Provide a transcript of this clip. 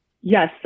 Yes